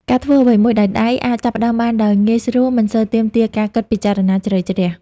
ការធ្វើអ្វីមួយដោយដៃ អាចចាប់ផ្ដើមបានដោយងាយស្រួល មិនសូវទាមទារការគិតពិចារណាជ្រៅជ្រះ។